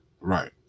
Right